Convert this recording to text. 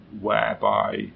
whereby